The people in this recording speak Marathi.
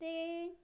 ते